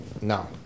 no